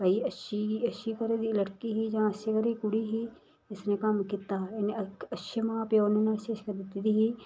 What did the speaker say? भाई अच्छी अच्छी घरै दी लडकी ही जां अच्छे घरै कुड़ी ही जिसने कम्म कीता अच्छे मां प्यो ने इसी एह् शिक्षा दित्ती दी ही